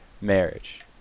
marriage